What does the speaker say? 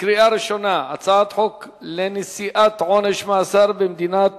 בקריאה ראשונה על הצעת חוק לנשיאת עונש מאסר במדינת